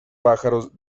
pájaros